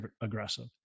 aggressive